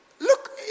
look